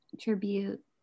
tribute